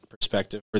perspective